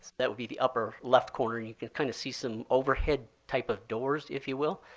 that would be the upper left corner and you can kind of see some overhead type of doors, if you will.